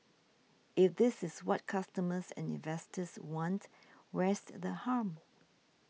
if this is what customers and investors want where's the harm